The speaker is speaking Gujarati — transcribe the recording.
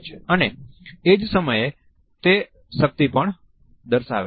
અને એજ સમયે તે શક્તિ પણ દર્શાવે છે